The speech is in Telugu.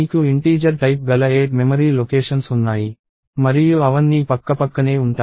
మీకు ఇంటీజర్ టైప్ గల 8 మెమరీ లొకేషన్స్ ఉన్నాయి మరియు అవన్నీ పక్కపక్కనే ఉంటాయి